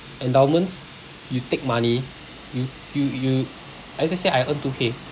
endowments you take money you you you let's just say I earn two K